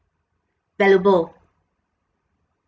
valuable